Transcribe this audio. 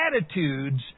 attitudes